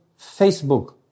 Facebook